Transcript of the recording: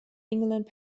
england